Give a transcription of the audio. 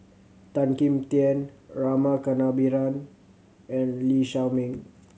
Tan Kim Tian Rama Kannabiran and Lee Shao Meng